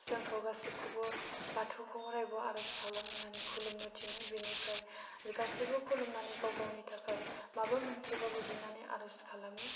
जोंखौ गासैखौबो बाथौखौ अरायबो आर'ज खालाम होननानै खुलुमनो थिनो बिनिफ्राय गासैबो खुलुमनानै गाव गावनि थाखाय माबा मोनसेबाबो बिनानै आर'ज खालामो